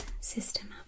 system